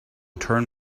turn